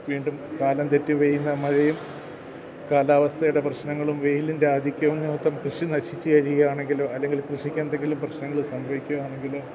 വീണ്ടും കാലം തെറ്റി പെയ്യുന്ന മഴയും കാലാവസ്ഥയുടെ പ്രശ്നങ്ങളും വെയിലിൻ്റെ ആധിക്യവും നിമിത്തം കൃഷി നശിച്ചുകഴിയാണെങ്കിൽ അല്ലെങ്കിൽ കൃഷിക്കെന്തെങ്കിലും പ്രശ്ങ്ങൾ സംഭവിക്കുകയാണെങ്കിൽ